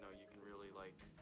ah you can really, like,